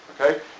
Okay